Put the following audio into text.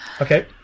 Okay